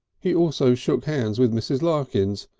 he also shook hands with mrs. larkins,